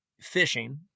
fishing